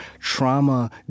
Trauma